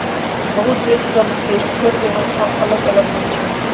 बहुते देश सभ के कर व्यवस्था अल्लग अल्लग होई छै